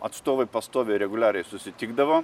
atstovai pastoviai reguliariai susitikdavo